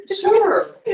Sure